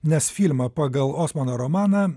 nes filmą pagal osmano romaną